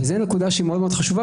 זו נקודה מאוד-מאוד חשובה.